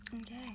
Okay